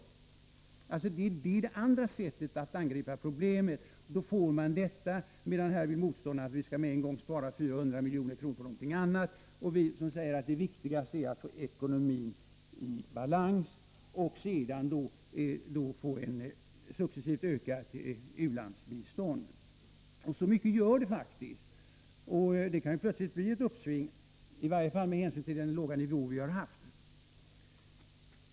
Det är det andra sättet att angripa problemet på, och då får man detta resultat. Motståndarna här vill i stället att vi på en gång skall spara 400 milj.kr. på något annat. Vi däremot säger att det viktigaste är att ekonomin kommer i balans för att sedan få ett successivt ökat u-landsbistånd. Så mycket gör det faktiskt, och det kan ju plötsligt bli ett uppsving, i varje med hänsyn till den låga nivå vi har haft.